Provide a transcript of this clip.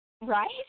Right